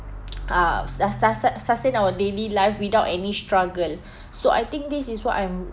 uh su~ su~ su~ sustain our daily life without any struggle so I think this is what I'm